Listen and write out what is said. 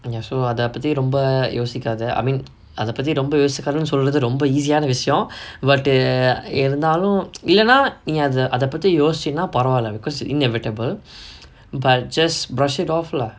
and so அத பத்தி ரொம்ப யோசிக்காத:atha paththi romba yosikkaatha I mean அத பத்தி ரொம்ப யோசிக்காதனு சொல்றது ரொம்ப:atha paththi romba yosikkathaanu solrathu romba easy யான விஷயோ:yaana vishayo but err இருந்தாலும்:irunthaalum இல்லனா நீ அத அத பத்தி யோசிச்சியன்னா பரவால:illanaa nee atha atha paththi yosichiyaannaa paravaala because invertible but just brush it off lah